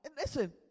Listen